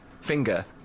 finger